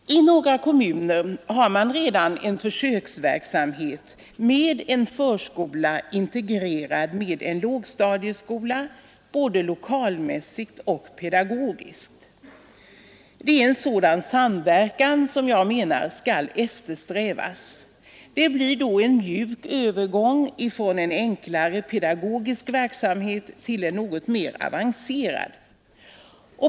I några kommuner har man redan en försöksverksamhet med en förskola integrerad med en lågstadieskola både lokalmässigt och pedagogiskt. Och det är en sådan samverkan som skall eftersträvas. Det blir då en mjuk övergång från en enklare pedagogisk verksamhet till en något mer avancerad.